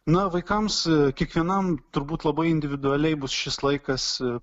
na vaikams kiekvienam turbūt labai individualiai bus šis laikas ir